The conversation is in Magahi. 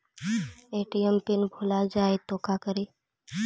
ए.टी.एम पिन भुला जाए तो का करी?